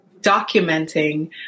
documenting